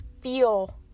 feel